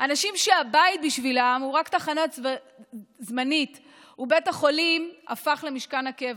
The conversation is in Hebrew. אנשים שהבית בשבילם הוא תחנה זמנית ובית החולים הפך למשכן קבע.